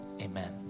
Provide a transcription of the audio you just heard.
Amen